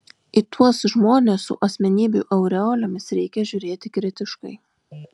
į tuos žmones su asmenybių aureolėmis reikia žiūrėti kritiškai